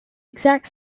exact